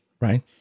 right